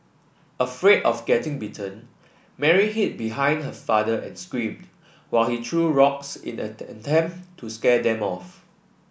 afraid of getting bitten Mary hid behind her father and screamed while he threw rocks in an attempt to scare them off